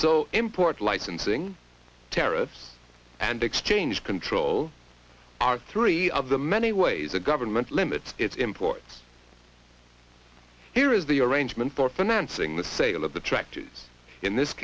so important licensing terrace and exchange control are three of the many ways the government limits its imports here is the arrangement for financing the sale of the tractors in this